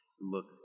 look